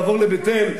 לבוא לבית-אל,